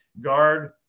guard